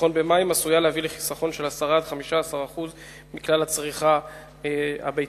לחיסכון במים עשויה להביא לחיסכון של 10% 15% מכלל הצריכה הביתית.